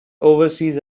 overseas